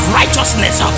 righteousness